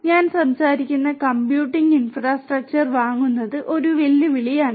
അതിനാൽ ഞാൻ സംസാരിക്കുന്ന കമ്പ്യൂട്ടിംഗ് ഇൻഫ്രാസ്ട്രക്ചർ വാങ്ങുന്നത് ഒരു വെല്ലുവിളിയാണ്